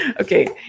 Okay